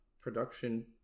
production